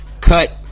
cut